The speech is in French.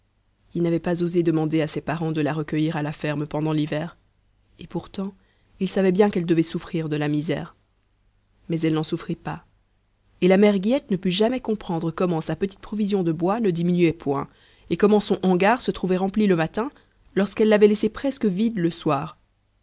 il n'avait pas osé demander à ses parents de la recueillir à la ferme pendant l'hiver et pourtant il savait bien qu'elle devait souffrir de la misère mais elle n'en souffrit pas et la mère guillette ne put jamais comprendre comment sa petite provision de bois ne diminuait point et comment son hangar se trouvait rempli le matin lorsqu'elle l'avait laissé presque vide le soir